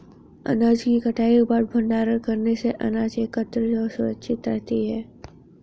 अनाज की कटाई के बाद भंडारण करने से अनाज एकत्रितऔर सुरक्षित रहती है